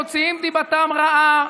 מוציאים דיבתה רעה,